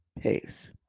pace